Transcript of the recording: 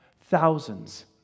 Thousands